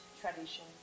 tradition